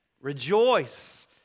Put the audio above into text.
rejoice